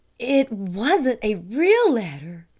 it wasn't a real letter,